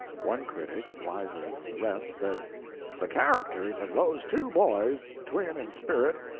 one critic, wiser than the rest, said the characters of those two boys, twin in spirit,